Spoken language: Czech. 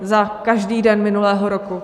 Za každý den minulého roku.